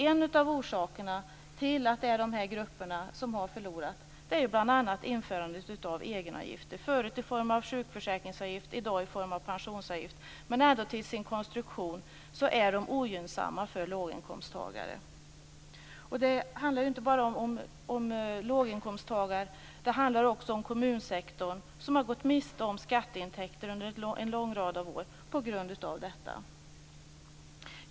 En av orsakerna till att dessa grupper har förlorat är just införandet av egenavgifter - förut i form av sjukförsäkringsavgift, i dag i form av pensionsavgift - som till sin konstruktion är ogynnsamma för låginkomsttagare. Det handlar inte bara om låginkomsttagare. Det handlar också om kommunsektorn, som har gått miste om skatteintäkter under en lång rad av år på grund av detta.